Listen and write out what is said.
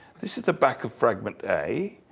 this is the back of fragment a.